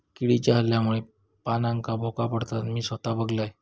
किडीच्या हल्ल्यामुळे पानांका भोका पडतत, मी स्वता बघलंय